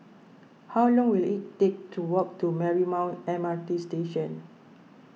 how long will it take to walk to Marymount M R T Station